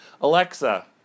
Alexa